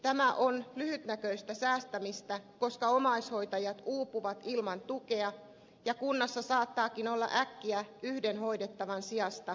tämä on lyhytnäköistä säästämistä koska omaishoitajat uupuvat ilman tukea ja kunnassa saattaakin olla äkkiä yhden hoidettavan sijasta kaksi hoidettavaa